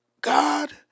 God